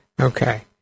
Okay